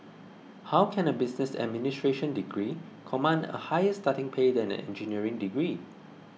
how can a business administration degree command a higher starting pay than an engineering degree